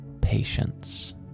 patience